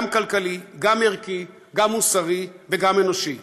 גם כלכלי, גם ערכי, גם מוסרי וגם אנושי.